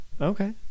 okay